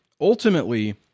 ultimately